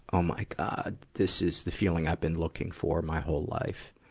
oh my god, this is the feeling i've been looking for my whole life?